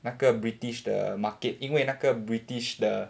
那个 british 的 market 因为那个 british 的